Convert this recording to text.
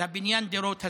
של בניין הדירות הזה,